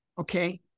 okay